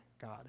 God